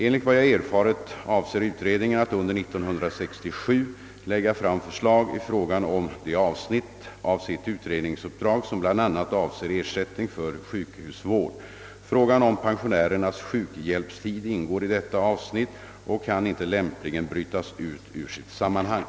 Enligt vad jag erfarit avser utredningen att under 1967 lägga fram förslag i fråga om det avsnitt av sitt utredningsuppdrag, som bl.a. avser ersättning för sjukhusvård. Frågan om pensionärernas sjukbjälpstid ingår i detta avsnitt och kan inte lämpligen brytas ut ur sitt sammanhang.